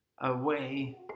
away